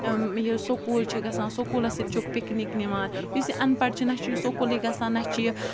یہِ سکوٗل چھِ گژھان سکوٗلَس سۭتۍ چھُکھ پِکنِک نِوان یُس یہِ اَن پَڑھ چھِ نہ چھِ یہِ سکوٗلٕے گژھان نہ چھِ یہِ